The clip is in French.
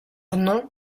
nom